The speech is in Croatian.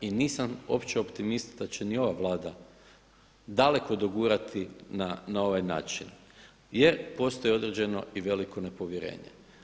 I nisam uopće optimist da će i ova Vlada daleko dogurati na ovaj način jer postoji određeno i veliko nepovjerenje.